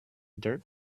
dirt